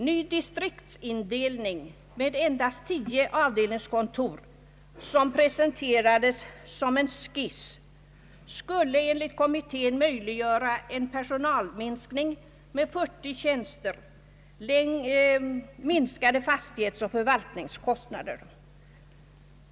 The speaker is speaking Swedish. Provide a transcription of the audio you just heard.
Ny distriktsindelning med endast tio avdelningskontor, presenterad som en skiss, skulle enligt kommittén möjliggöra en personalminskning med 40 tjänster samt minskade fastighetsoch förvaltningskostnader.